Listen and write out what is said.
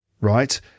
right